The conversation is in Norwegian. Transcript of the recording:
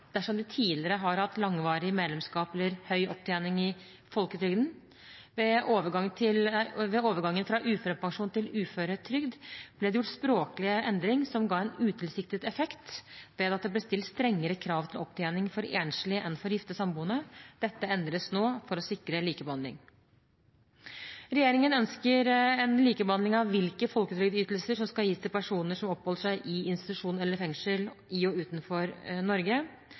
dersom de tidligere har hatt langvarig medlemskap eller høy opptjening i folketrygden. Ved overgangen fra uførepensjon til uføretrygd ble det gjort en språklig endring som ga en utilsiktet effekt ved at det ble stilt strengere krav til opptjening for enslige enn for gifte/samboende. Dette endres nå for å sikre likebehandling. Regjeringen ønsker likebehandling av hvilke folketrygdytelser som skal gis til personer som oppholder seg i institusjon eller fengsel i og utenfor Norge.